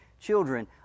children